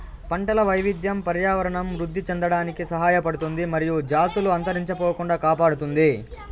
పంటల వైవిధ్యం పర్యావరణం వృద్ధి చెందడానికి సహాయపడుతుంది మరియు జాతులు అంతరించిపోకుండా కాపాడుతుంది